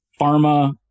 pharma